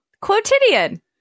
Quotidian